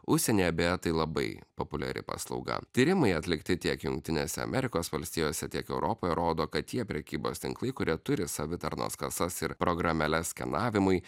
užsienyje beje tai labai populiari paslauga tyrimai atlikti tiek jungtinėse amerikos valstijose tiek europoje rodo kad tie prekybos tinklai kurie turi savitarnos kasas ir programėles skenavimui